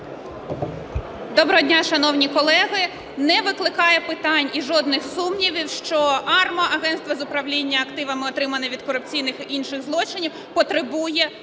Доброго дня, шановні колеги! Не викликає питань і жодних сумнівів, що АРМА (агентство з управління активами, одержаними від корупційних та інших злочинів) потребує реформування.